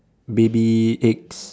baby eggs